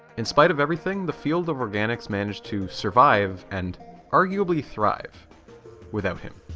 in spite of everything the field of organics managed to survive and arguably thrive without him.